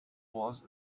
was